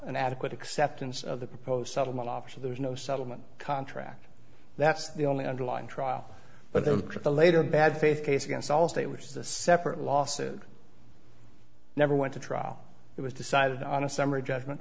an adequate acceptance of the proposed settlement offer so there's no settlement contract that's the only underlying trial but then the later bad faith case against allstate which is a separate law said never went to trial it was decided on a summary judgment